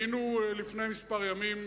היינו לפני כמה ימים,